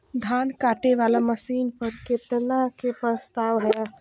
धान काटे वाला मशीन पर केतना के प्रस्ताव हय?